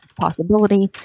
possibility